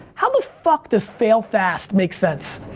how the fuck does fail fast make sense?